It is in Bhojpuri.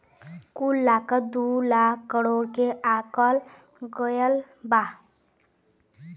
कुल लागत दू लाख करोड़ के आकल गएल बा